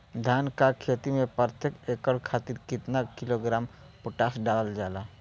धान क खेती में प्रत्येक एकड़ खातिर कितना किलोग्राम पोटाश डालल जाला?